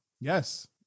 Yes